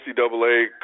NCAA